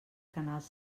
canals